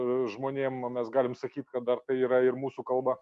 žmonėm mes galim sakyt kad dar tai yra ir mūsų kalba